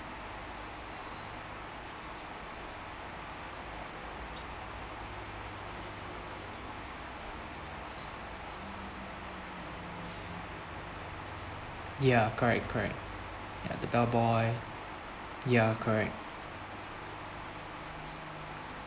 ya correct correct ya the bellboy ya correct